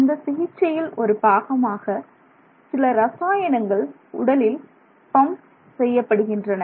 இந்த சிகிச்சையில் ஒரு பாகமாக சில ரசாயனங்கள் உடலில் பம்ப் செய்யப்படுகின்றன